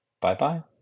Bye-bye